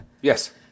yes